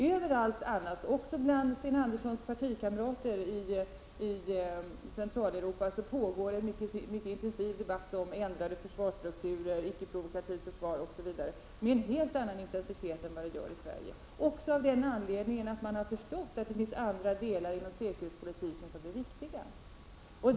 Överallt annars, också bland herr Anderssons partikamrater i Centraleuropa, pågår en mycket livlig debatt om ändrade försvarsstrukturer, icke provokativt försvar osv., med en helt annan intensitet än i Sverige, också av den anledningen att man har förstått att det finns andra delar inom säkerhetspolitiken som är viktiga.